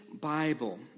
Bible